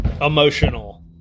emotional